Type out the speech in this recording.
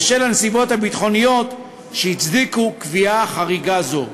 בשל הנסיבות הביטחוניות שהצדיקו קביעה חריגה זו.